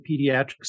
Pediatrics